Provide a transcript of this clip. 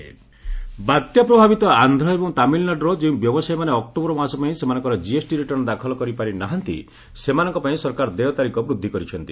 GSTR date extended ବାତ୍ୟା ପ୍ରଭାବିତ ଆନ୍ଧ୍ର ଏବଂ ତାମିଲ୍ନାଡୁର ଯେଉଁ ବ୍ୟବସାୟୀମାନେ ଅକ୍ଟୋବର ମାସ ପାଇଁ ସେମାନଙ୍କର ଜିଏସ୍ଟି ରିଟର୍ଣ୍ଣ ଫାଇଲ୍ କରିପାରି ନାହାନ୍ତି ସେମାନଙ୍କପାଇଁ ସରକାର ଦେୟ ତାରିଖ ବୃଦ୍ଧି କରିଛନ୍ତି